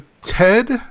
Ted